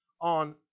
on